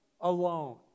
alone